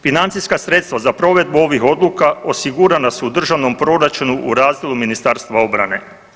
Financijska sredstva za provedbu ovih odluka osigurana su u državnom proračunu u razdjelu Ministarstva obrane.